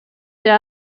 der